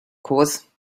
course